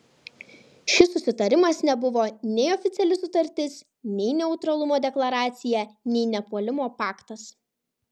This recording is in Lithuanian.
šis susitarimas nebuvo nei oficiali sutartis nei neutralumo deklaracija nei nepuolimo paktas